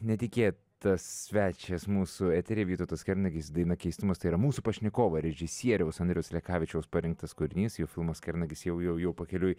netikėtas svečias mūsų etery vytautas kernagis daina keistumas tai yra mūsų pašnekovo režisieriaus andriaus lekavičiaus parinktas kūrinys jo filmas kernagis jau jau jau pakeliui